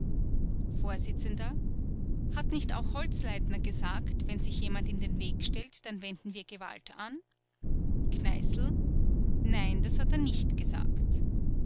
vors hat nicht auch holzleitner gesagt wenn sich jemand in den weg stellt dann wenden wir gewalt an kneißl nein das hat er nicht gesagt